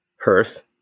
hearth